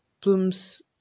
Bloom's